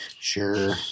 Sure